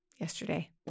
yesterday